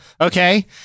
okay